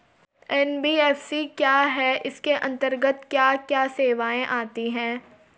NBFC क्या है इसके अंतर्गत क्या क्या सेवाएँ आती हैं?